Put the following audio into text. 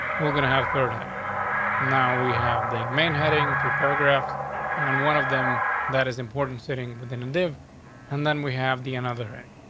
we're gonna have third handing now. we have the main heading two paragraphs on one of them that is important sitting within and live and then we have the another thing.